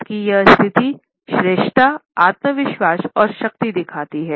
हाथ की यह स्थिति श्रेयस्ताआत्मविश्वास और शक्ति दिखती हैं